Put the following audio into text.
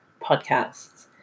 podcasts